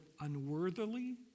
unworthily